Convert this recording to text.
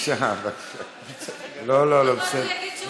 בבקשה, בבקשה.